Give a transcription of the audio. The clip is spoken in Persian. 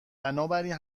بنابراین